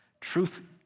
truth